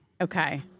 Okay